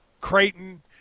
Creighton